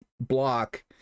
block